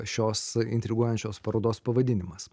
šios intriguojančios parodos pavadinimas